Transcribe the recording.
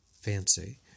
fancy